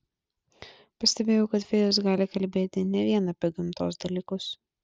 pastebėjau kad fėjos gali kalbėti ne vien apie gamtos dalykus